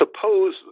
Suppose